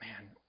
man